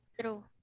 True